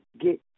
get